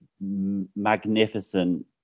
magnificent